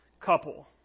couple